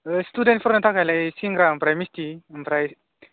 स्टुदेन्टफोरनि थाखायलाय सिंग्रा ओमफ्राय मिस्थि ओमफ्राय